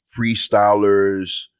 freestylers